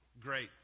Great